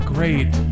Great